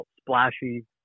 splashy